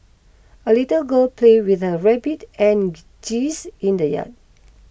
a little girl play with her rabbit and geese in the yard